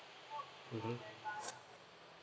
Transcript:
mmhmm